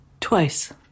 Twice